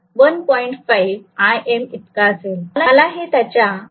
मला हे त्याच्या 1